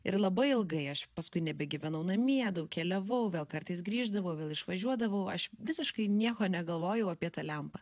ir labai ilgai aš paskui nebegyvenau namie daug keliavau vėl kartais grįždavau vėl išvažiuodavau aš visiškai nieko negalvojau apie tą lempą